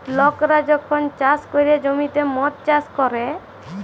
লকরা যখল চাষ ক্যরে জ্যমিতে মদ চাষ ক্যরে